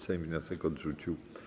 Sejm wniosek odrzucił.